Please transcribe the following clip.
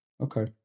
okay